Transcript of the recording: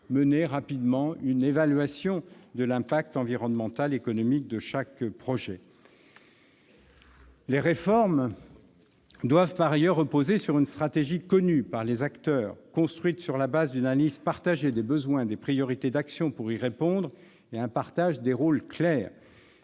menée rapidement une évaluation de l'incidence environnementale et économique de chaque projet. Les réformes doivent par ailleurs reposer sur une stratégie connue des acteurs, construite sur la base d'une analyse partagée des besoins, des priorités d'action pour y répondre et un partage des rôles clair.